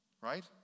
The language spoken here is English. Right